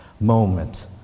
moment